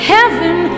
Heaven